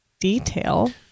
detail